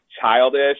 childish